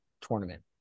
tournament